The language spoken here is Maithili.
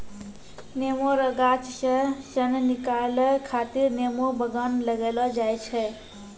नेमो रो गाछ से सन निकालै खातीर नेमो बगान लगैलो जाय छै